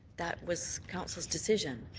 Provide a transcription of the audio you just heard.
that was council's decision.